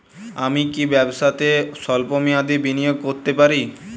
আমি কি ব্যবসাতে স্বল্প মেয়াদি বিনিয়োগ করতে পারি?